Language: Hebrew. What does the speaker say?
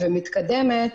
ומתקדמת,